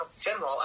General